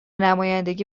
نمایندگی